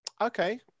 Okay